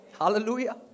Hallelujah